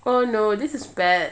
oh no this is bad